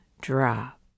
drop